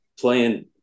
playing